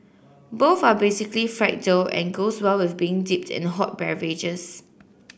both are basically fried dough and goes well with being dipped in hot beverages